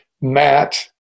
Matt